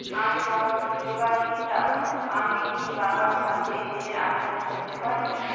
আমি অবিবাহিতা আমি কি বাবার সাথে ঋণের আবেদন করতে পারি?